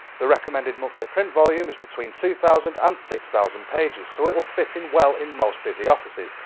the recommended monthly print volume is between two thousand and six thousand pages, so it'll fit in well in most busy offices,